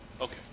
okay